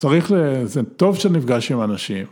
צריך ל... זה טוב שנפגש עם אנשים.